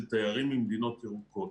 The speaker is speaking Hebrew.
של תיירים ממדינות ירוקות.